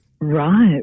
Right